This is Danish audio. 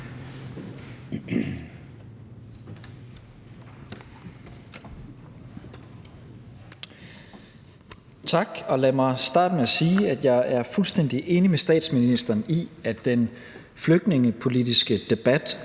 Tak. Og lad mig starte med at sige, at jeg er fuldstændig enig med statsministeren i, at den flygtningepolitiske debat